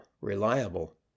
reliable